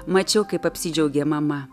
mačiau kaip apsidžiaugė mama